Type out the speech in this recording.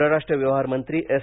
परराष्ट्र व्यवहार मंत्री एस